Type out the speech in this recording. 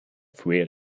fue